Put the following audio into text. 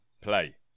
play